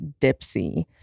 Dipsy